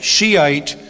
Shiite